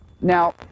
Now